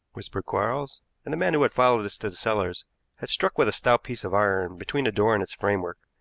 whispered quarles and the man who had followed us to the cellars had struck with a stout piece of iron between the door and its framework.